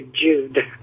Jude